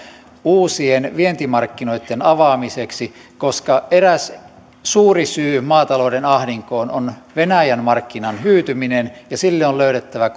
uusien vientimarkkinoitten avaamiseksi koska eräs suuri syy maatalouden ahdinkoon on venäjän markkinan hyytyminen ja sille on löydettävä